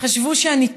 חשבו שאני טועה.